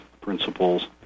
principles